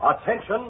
attention